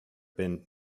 been